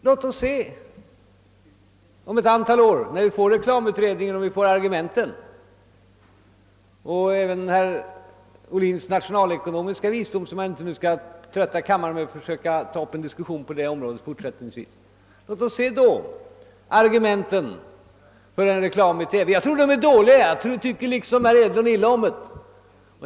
Låt oss efter ett antal år när reklamutredningen är klar se om vi får några argument för reklam i TV och om herr Ohlins nationalekonomiska visdom håller, som jag inte skall trötta kammarens ledamöter med att diskutera nu. Jag tror att det blir dåliga argument för reklam-TV och tycker liksom herr Hedlund illa om reklam i TV.